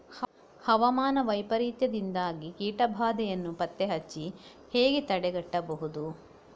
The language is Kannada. ಹವಾಮಾನ ವೈಪರೀತ್ಯದಿಂದಾಗಿ ಕೀಟ ಬಾಧೆಯನ್ನು ಪತ್ತೆ ಹಚ್ಚಿ ಹೇಗೆ ತಡೆಗಟ್ಟಬಹುದು?